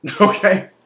Okay